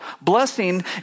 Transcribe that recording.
blessing